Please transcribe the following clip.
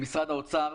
למשרד האוצר,